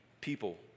people